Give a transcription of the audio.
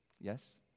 yes